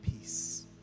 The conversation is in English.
peace